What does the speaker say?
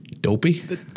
Dopey